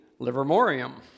Livermorium